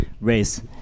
race